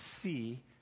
see